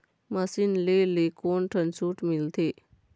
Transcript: Machine ले ले कोन ठन छूट मिलथे?